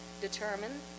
determine